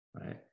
right